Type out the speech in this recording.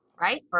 right